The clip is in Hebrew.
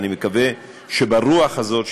ואני מקווה שברוח הזאת,